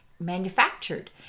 manufactured